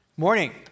morning